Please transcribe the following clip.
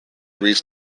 reach